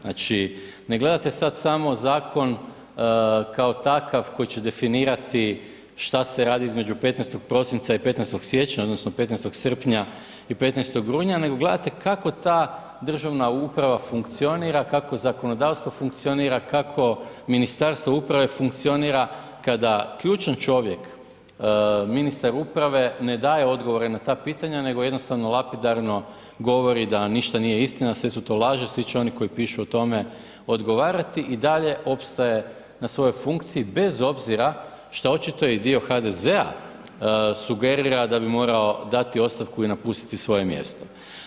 Znači, ne gledate sad samo zakon kao takav koji će definirati što se radi između 15. prosinca i 15. siječnja, odnosno 15. srpnja i 15. rujna, nego gledate kako ta državna uprava funkcionira, kako zakonodavstvo funkcionira, kako Ministarstvo uprave funkcionira kada ključan čovjek, ministar uprave ne daje odgovore na ta pitanja nego jednostavno lapidarno govori da ništa nije istina, sve su to laži, svi će oni koji pišu o tome odgovarati i dalje opstaje na svojoj funkciji bez obzira što očito i dio HDZ-a sugerira da bi morao dati ostavku i napustiti svoje mjesto.